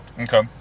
okay